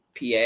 PA